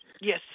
yes